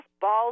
balls